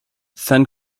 then